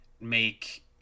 make